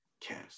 cares